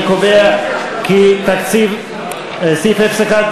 אני קובע כי סעיף 01,